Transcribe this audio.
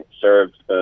served